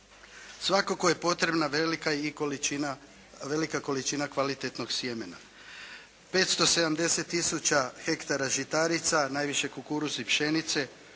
svakako je potrebna velika i količina kvalitetnog sjemena. 570 tisuća hektara žitarica, najviše kukuruz i pšenice,